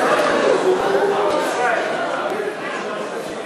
סיעות יהדות התורה,